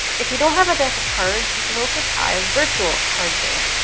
if you don't have a deck of cards you can also try a virtual card game.